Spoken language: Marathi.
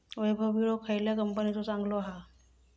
वैभव विळो खयल्या कंपनीचो चांगलो हा?